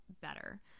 better